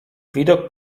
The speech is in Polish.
widok